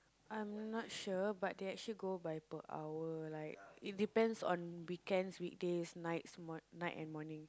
I'm not sure but they actually go by per hour like it depends on weekends weekdays nights night and morning